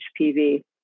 HPV